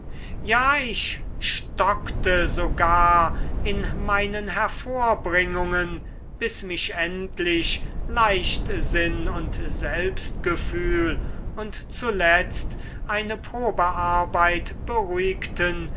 ja ich stockte sogar in meinen hervorbringungen bis mich endlich leichtsinn und selbstgefühl und zuletzt eine probearbeit beruhigten